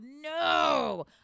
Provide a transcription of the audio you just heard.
no